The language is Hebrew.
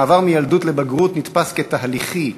המעבר מילדות לבגרות נתפס כתהליכי,